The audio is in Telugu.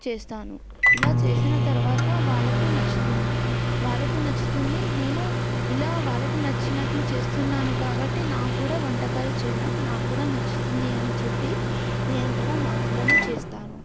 చేస్తాను ఇలా చేసిన తర్వాత వాళ్ళకు నచ్చుతుంది వాళ్ళకు నచ్చుతుంది నేను ఇలా వాళ్ళకు నచ్చినట్లు చేస్తున్నాను కాబట్టి నాకు కూడా వంటకాలు చేయడం నాకు కూడా నచ్చుతుంది అని చెప్పి నేను కూడా మార్పులను చేస్తాను